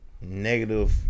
negative